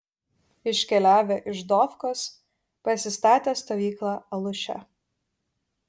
iškeliavę iš dofkos pasistatė stovyklą aluše